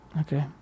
okay